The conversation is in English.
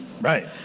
Right